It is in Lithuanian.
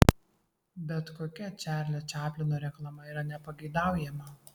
bet kokia čarlio čaplino reklama yra nepageidaujama